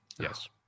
Yes